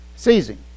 Seizing